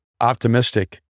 optimistic